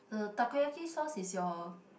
uh takoyaki sauce is your